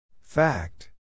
Fact